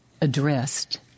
addressed